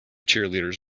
cheerleaders